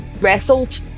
wrestled